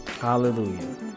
Hallelujah